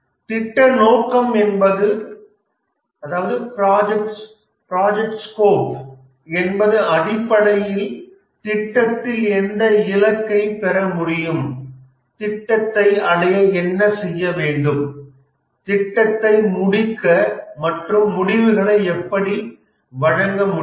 திட்ட நோக்கம் என்பது அடிப்படையில் திட்டத்தில் எந்த இலக்கை பெற முடியும் திட்டத்தை அடைய என்ன செய்ய வேண்டும் திட்டத்தை முடிக்க மற்றும் முடிவுகளை எப்படி வழங்க முடியும்